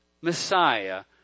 Messiah